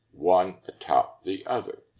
one atop the other.